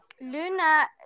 Luna